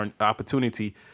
opportunity